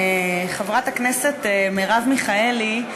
חברת הכנסת מרב מיכאלי,